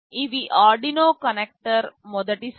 ఇవి Arduino connector మొదటి set